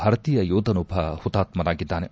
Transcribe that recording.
ಭಾರತೀಯ ಯೋಧನೊಬ್ಬ ಹುತಾತ್ಸನಾಗಿದ್ದಾನೆ